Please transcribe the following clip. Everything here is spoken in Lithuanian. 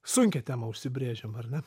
sunkią temą užsibrėžėm ar ne